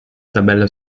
tabella